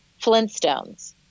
Flintstones